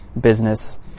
business